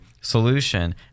solution